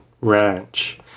Ranch